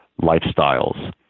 lifestyles